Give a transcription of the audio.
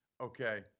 Okay